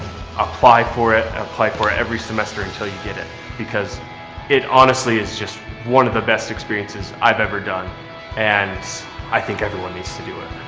apply for it. apply for every semester until you get it because it, honestly, is just one of the best experiences i've ever done and i think everyone needs to do it.